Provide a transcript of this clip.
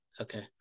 Okay